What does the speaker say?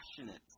passionate